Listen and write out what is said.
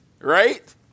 right